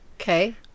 Okay